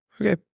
Okay